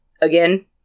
again